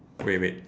wait wait